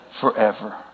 forever